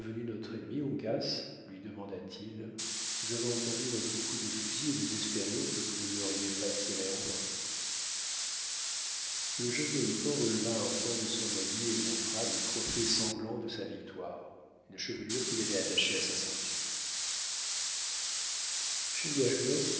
notre ennemi uncas lui demanda-t-il nous avons entendu votre coup de fusil et nous espérions que vous ne l'auriez pas tiré en vain le jeune mohican releva un pan de son habit et montra le trophée sanglant de sa victoire une chevelure qu'il avait attachée à sa ceinture